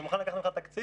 אני מוכן לקחת ממך תקציב,